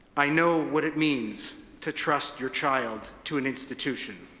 i know what it means to trust your child to an institution.